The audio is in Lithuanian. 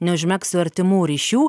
neužmegsiu artimų ryšių